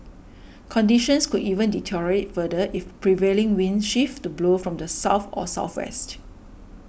conditions could even deteriorate further if prevailing winds shift to blow from the south or southwest